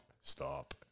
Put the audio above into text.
stop